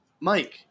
Mike